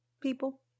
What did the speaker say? People